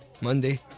Monday